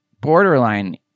borderline